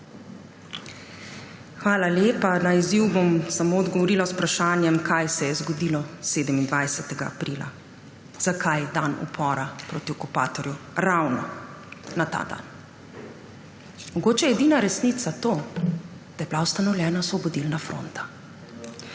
Hvala lepa. Na izziv bom samo odgovorila z vprašanjem: Kaj se je zgodilo 27. aprila? Zakaj dan upora proti okupatorju ravno na ta dan? Mogoče je edina resnica to, da je bila ustanovljena Osvobodilna fronta.